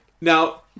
Now